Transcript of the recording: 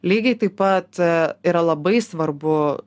lygiai taip pat yra labai svarbu